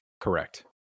Correct